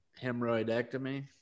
hemorrhoidectomy